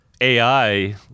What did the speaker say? AI